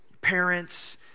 parents